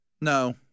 No